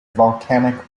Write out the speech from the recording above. volcanic